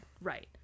Right